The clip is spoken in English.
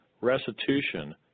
restitution